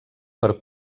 per